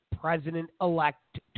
President-elect